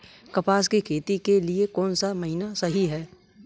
कपास की खेती के लिए कौन सा महीना सही होता है?